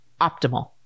optimal